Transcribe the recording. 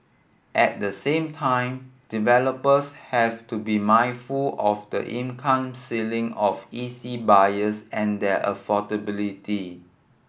at the same time developers have to be mindful of the income ceiling of E C buyers and their affordability